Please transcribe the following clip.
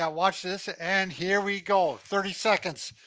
ah watch this, and here we go, thirty seconds.